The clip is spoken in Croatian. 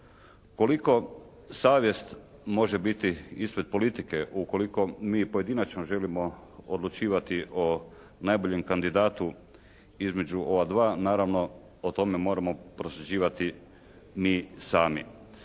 Koliko savjest može biti ispred politike ukoliko mi pojedinačno želimo odlučivati o najboljem kandidatu između ova dva naravno, o tome moramo prosuđivati mi sami.